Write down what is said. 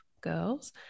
girls